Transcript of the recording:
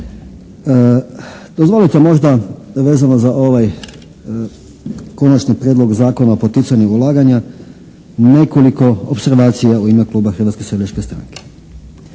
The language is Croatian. Dozvolite možda vezano za ovaj Konačni prijedlog Zakona o poticanju ulaganja nekoliko opservacija u ime kluba Hrvatske seljačke stranke.